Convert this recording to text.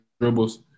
dribbles